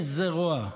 איזה רוע.